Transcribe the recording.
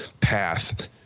path